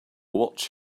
watch